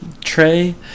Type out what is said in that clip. tray